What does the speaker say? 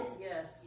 Yes